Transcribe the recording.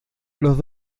los